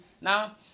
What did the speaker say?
Now